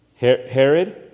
Herod